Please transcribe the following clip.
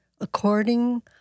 according